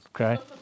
Okay